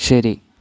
ശരി